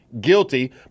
guilty